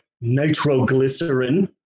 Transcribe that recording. nitroglycerin